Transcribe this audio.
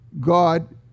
God